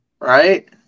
Right